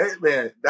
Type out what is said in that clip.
man